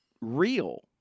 real